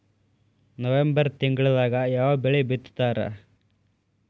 November ತಿಂಗಳದಾಗ ಯಾವ ಬೆಳಿ ಬಿತ್ತತಾರ?